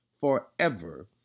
forever